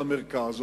במרכז,